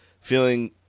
feeling